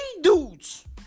dudes